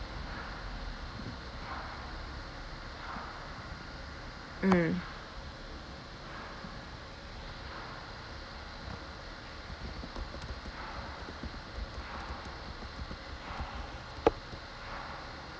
mm